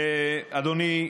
אדוני,